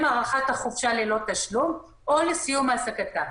הארכת החופשה ללא תשלום או לסיום העסקתה.